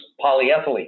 polyethylene